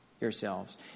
yourselves